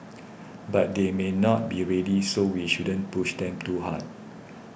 but they may not be ready so we shouldn't push them too hard